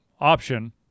option